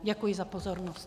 Děkuji za pozornost.